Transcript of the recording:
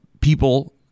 people